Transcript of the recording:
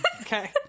Okay